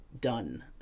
done